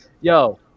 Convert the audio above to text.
Yo